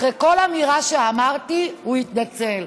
אחרי כל אמירה שאמרתי הוא התנצל.